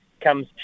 comes